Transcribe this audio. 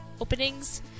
openings